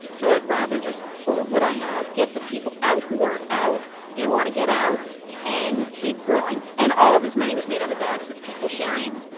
so i'd rather just hold what i have, get the people out who are out you know, want to get out and keep growing and all of this money was made on the backs of people sharing,